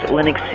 Linux